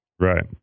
Right